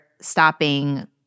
stopping